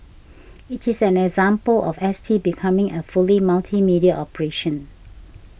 it is another example of S T becoming a fully multimedia operation